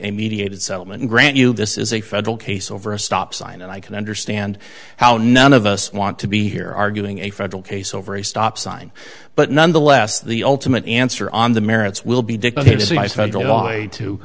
a mediated settlement grant you this is a federal case over a stop sign and i can understand how none of us want to be here arguing a federal case over a stop sign but nonetheless the ultimate answer on the merits will be